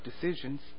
decisions